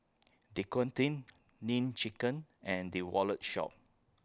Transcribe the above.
Dequadin Nene Chicken and The Wallet Shop